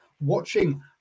watching